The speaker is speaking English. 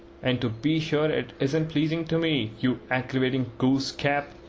and to be sure it isn't pleasing to me, you aggravating goose-cap!